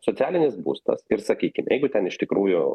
socialinis būstas ir sakykime jeigu ten iš tikrųjų